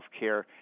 healthcare